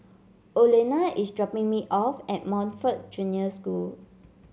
Olena is dropping me off at Montfort Junior School